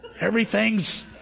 Everything's